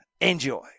Enjoy